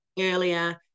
earlier